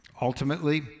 Ultimately